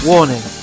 Warning